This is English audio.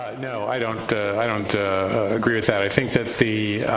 no, i don't i don't agree with that. i think that the